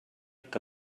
que